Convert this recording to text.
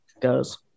goes